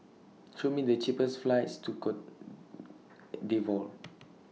Show Me The cheapest flights to Cote D'Ivoire